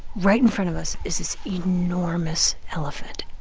right in front of us is this enormous elephant.